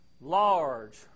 large